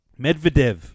Medvedev